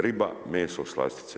Riba, meso, slastice.